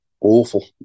awful